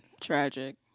Tragic